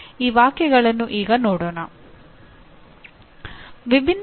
ಇದಕ್ಕೆ ಸೂಕ್ತ ಕಾರಣಗಳನ್ನು ನೀಡಿ